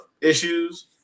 issues